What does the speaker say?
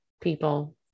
people